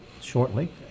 shortly